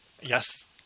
yes